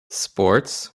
sports